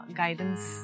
guidance